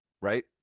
right